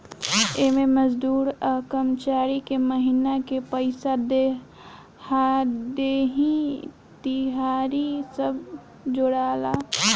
एमे मजदूर आ कर्मचारी के महिना के पइसा, देहाड़ी, तिहारी सब जोड़ाला